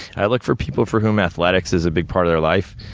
i look for people for whom athletics is a big part of their life.